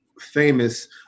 famous